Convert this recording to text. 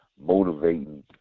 motivating